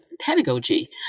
pedagogy